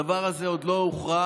הדבר הזה עוד לא הוכרע,